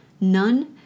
None